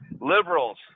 liberals